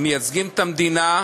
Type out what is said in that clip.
הם מייצגים את המדינה,